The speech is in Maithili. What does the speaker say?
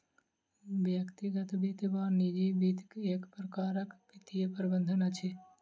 व्यक्तिगत वित्त वा निजी वित्त एक प्रकारक वित्तीय प्रबंधन अछि